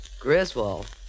Griswold